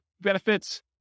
benefits